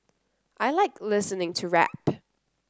I like listening to rap